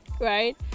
Right